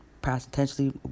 potentially